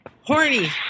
Horny